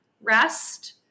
rest